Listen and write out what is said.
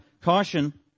caution